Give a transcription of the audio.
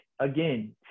again